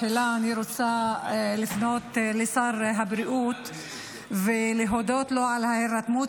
תחילה אני רוצה לפנות לשר הבריאות ולהודות לו על ההירתמות